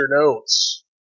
notes